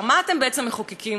במקום לבוא ולתקן,